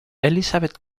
elizabeth